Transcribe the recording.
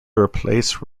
replace